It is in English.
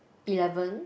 eleven